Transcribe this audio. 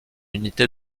unité